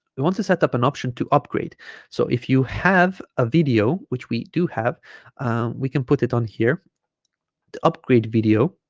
we want to set up an option to upgrade so if you have a video which we do have we can put it on here the upgrade video